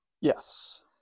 Yes